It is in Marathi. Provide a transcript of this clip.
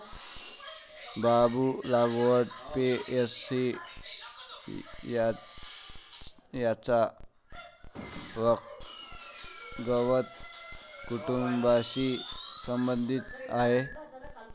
बांबू लागवड पो.ए.सी च्या गवत कुटुंबाशी संबंधित आहे